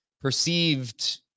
perceived